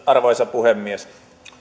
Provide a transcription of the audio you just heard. arvoisa puhemies